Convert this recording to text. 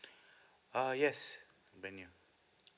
uh yes brand new